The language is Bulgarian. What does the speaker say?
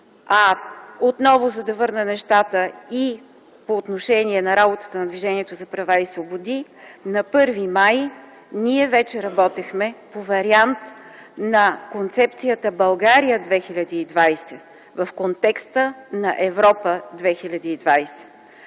Отново, за да върна нещата и по отношение на работата на Движението за права и свободи, на 1 май ние вече работехме по вариант на концепцията „България 2020” в контекста на „Европа 2020”.